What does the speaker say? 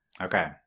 Okay